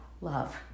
love